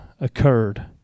occurred